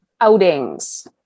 outings